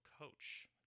coach